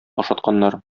ашатканнар